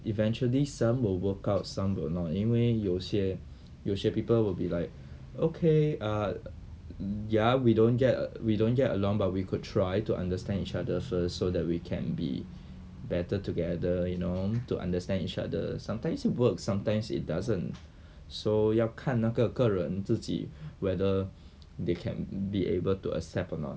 eventually some will work out some will not 因为有些有些 people will be like okay ah ya we don't get we don't get along but we could try to understand each other so that we can be better together you know to understand each other sometimes it works sometimes it doesn't so 要看那个个人自己 whether they can be able to accept or not